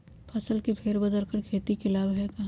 फसल के फेर बदल कर खेती के लाभ है का?